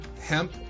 hemp